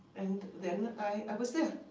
and then i was there.